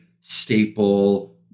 staple